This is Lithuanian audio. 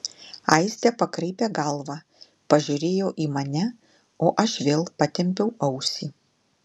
aistė pakraipė galvą pažiūrėjo į mane o aš vėl patempiau ausį